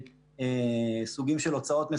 אני יכול לענות על השאלות.